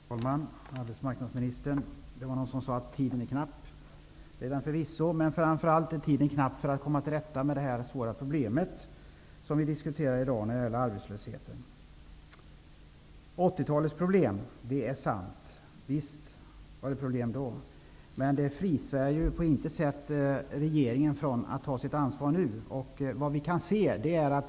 Herr talman! Arbetsmarknadsministern! Någon sade att tiden är knapp. Det är den förvisso. Men framför allt är tiden knapp för att man skall kunna komma till rätta med det svåra problemet med arbetslösheten, som vi diskuterar i dag. Visst fanns det problem under 80-talet. Men det fritar ju inte på något sätt regeringen från att nu ta sitt ansvar.